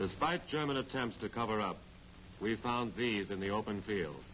despite german attempts to cover up we found these in the open field